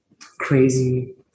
crazy